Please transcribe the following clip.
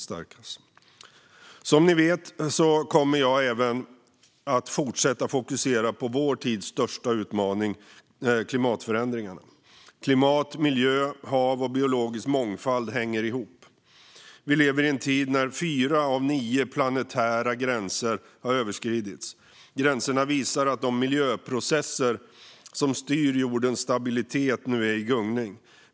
Som vi vet kommer jag även att fortsätta att fokusera på vår tids största utmaning: klimatförändringarna. Klimat, miljö, hav och biologisk mångfald hänger ihop. Vi lever i en tid när fyra av nio planetära gränser har överskridits. Gränserna visar att de miljöprocesser som styr jordens stabilitet nu är i gungning.